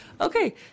Okay